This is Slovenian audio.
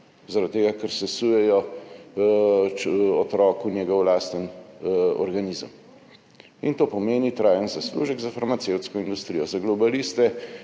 tega ker sesujejo otroku njegov lasten organizem. In to pomeni trajen zaslužek za farmacevtsko industrijo, za globaliste,